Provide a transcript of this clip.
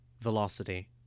Velocity